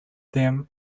them